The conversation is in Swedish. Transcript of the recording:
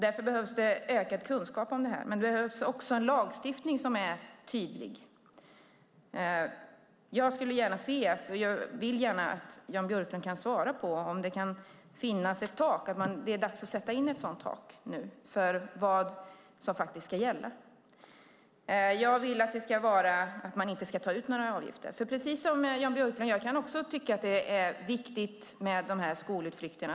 Därför behövs ökad kunskap om detta, och det behövs en lagstiftning som är tydlig. Jag vill gärna att Jan Björklund svarar på om det kan finnas ett tak. Det är dags att sätta in ett tak, vad som ska gälla. Jag vill att det ska vara så att man inte tar ut några avgifter. Precis som Jan Björklund kan jag tycka att det är viktigt med skolutflykter.